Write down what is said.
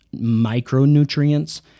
micronutrients